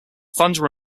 thunder